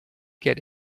get